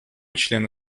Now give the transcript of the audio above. члена